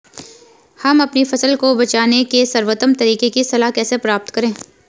हम अपनी फसल को बचाने के सर्वोत्तम तरीके की सलाह कैसे प्राप्त करें?